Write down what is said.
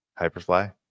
Hyperfly